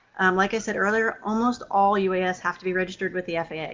like i said earlier, almost all uas have to be registered with the yeah faa. yeah